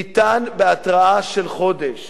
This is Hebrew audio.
ניתן בהתראה של חודש